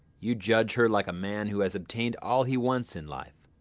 you judge her like a man who has obtained all he wants in life.